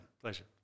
Pleasure